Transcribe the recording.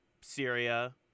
Syria